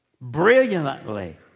brilliantly